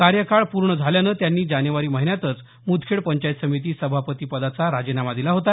कार्यकाळ पूर्ण झाल्यामुळे त्यांनी जानेवारी महिन्यात मृदखेड पंचायत समिती सभापती पदाचा राजीनामा दिला होता